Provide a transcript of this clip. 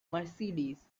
mercedes